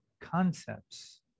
concepts